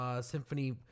symphony